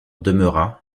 demeura